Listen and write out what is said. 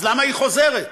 אז למה היא חוזרת?